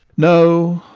no,